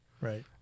Right